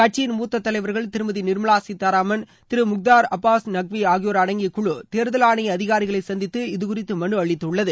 கட்சியின் மூத்த தலைவர்கள் திருமதி நிர்மலா சீத்தாராமன் திரு முக்தார் அபாஸ் நக்வி ஆகியோர் அடங்கிய குழு தேர்தல் ஆணைய அதிகாரிகளை சந்தித்து இதுகுறித்து மனு அளித்தது